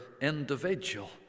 individual